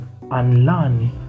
unlearn